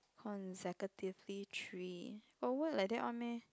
consecutively three got word like that one meh